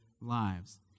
lives